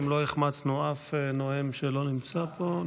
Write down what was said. אם לא החמצנו אף נואם שלא נמצא פה,